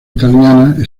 italiana